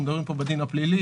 ואנחנו מדברים פה בדין הפלילי.